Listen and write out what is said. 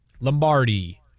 Lombardi